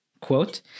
quote